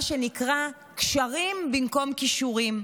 מה שנקרא קשרים במקום כישורים,